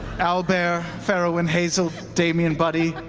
owlbear, farriwen, hazel, damian, buddy,